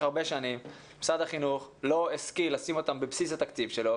הרבה שנים משרד החינוך לא השכיל לשים אותן בבסיס התקציב שלו,